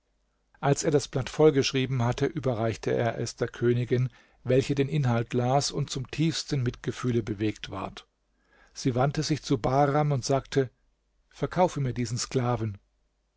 als er das blatt vollgeschrieben hatte überreichte er es der königin welche den inhalt las und zum tiefsten mitgefühle bewegt ward sie wandte sich zu bahram und sagte verkaufe mir diesen sklaven